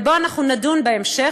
ובו אנחנו נדון בהמשך,